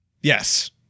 Yes